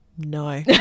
No